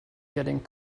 getting